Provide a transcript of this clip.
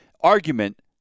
argument –